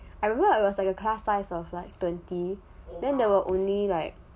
I remember it was like a class size of like twenty then there were only like